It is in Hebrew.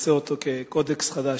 נעשה אותו כקודקס חדש.